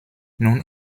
nun